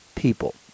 people